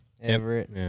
Everett